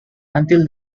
until